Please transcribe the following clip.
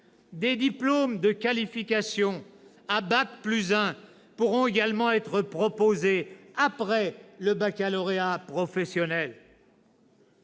Des diplômes de qualification à bac + 1 pourront également être proposés après le baccalauréat professionnel.